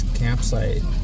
campsite